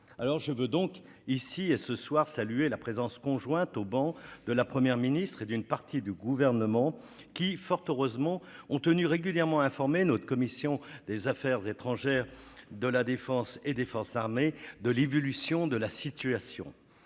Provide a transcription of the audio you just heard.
Je veux donc ici saluer la présence conjointe au banc de la Première ministre et d'une partie du Gouvernement, qui, fort heureusement, ont tenu régulièrement informé notre commission des affaires étrangères, de la défense et des forces armées de l'évolution de la situation.